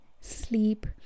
sleep